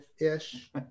ish